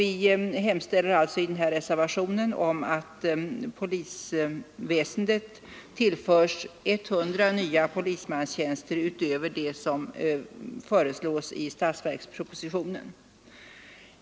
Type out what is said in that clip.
Vi hemställer alltså i denna reservation att polisväsendet tillförs 100 nya polismanstjänster utöver dem som föreslås i statsverkspropositionen.